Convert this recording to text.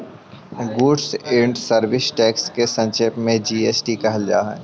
goods and service test के संक्षेप में जी.एस.टी कहल जा हई